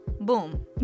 Boom